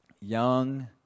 Young